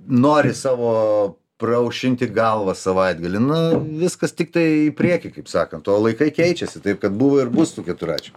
nori savo praaušinti galvą savaitgalį nu viskas tiktai į priekį kaip sakant o laikai keičiasi taip kad buvo ir bus tų keturračių